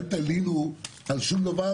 אל תלינו על שום דבר,